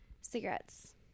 Cigarettes